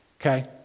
Okay